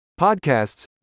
podcasts